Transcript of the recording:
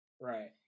right